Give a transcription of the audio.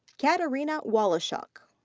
katarina woloschuk.